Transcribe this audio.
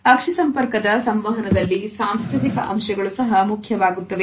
ಅಕ್ಷಿ ಸಂಪರ್ಕದ ಸಂವಹನದಲ್ಲಿ ಸಾಂಸ್ಕೃತಿಕ ಅಂಶಗಳು ಸಹ ಮುಖ್ಯವಾಗುತ್ತವೆ